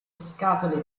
scatole